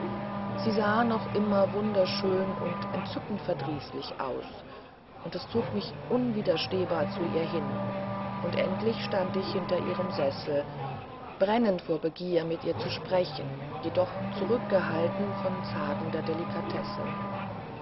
sie sah noch immer wunderschön und entzückend verdrießlich aus und es zog mich unwiderstehbar zu ihr hin und endlich stand ich hinter ihrem sessel brennend vor begier mit ihr zu sprechen jedoch zurückgehalten von zagender delikatesse